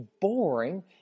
boring